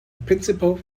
principal